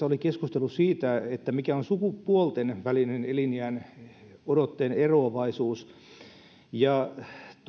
oli keskustelu siitä mikä on sukupuolten välinen eliniänodotteen eroavaisuus